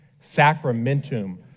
Sacramentum